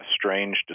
strange